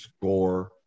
score